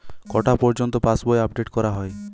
কটা পযর্ন্ত পাশবই আপ ডেট করা হয়?